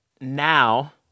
Now